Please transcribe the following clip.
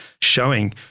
showing